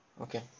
Okay